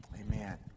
Amen